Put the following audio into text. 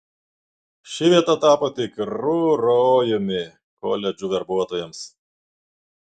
ši vieta tapo tikru rojumi koledžų verbuotojams